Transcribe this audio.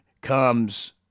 comes